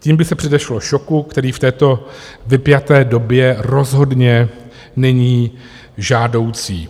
Tím by se předešlo šoku, který v této vypjaté době rozhodně není žádoucí.